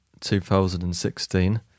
2016